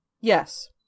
Yes